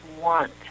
want